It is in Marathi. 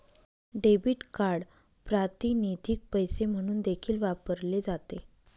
डेबिट कार्ड प्रातिनिधिक पैसे म्हणून देखील वापरले जाते